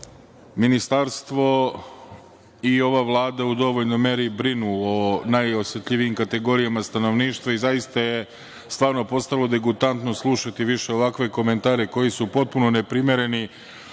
Ministarstvo i ova Vlada u dovoljnoj meri brinu o najosetljivijim kategorijama stanovništva i zaista je stvarno postalo degutantno slušati više ovakve komentare koji su potpuno neprimereni,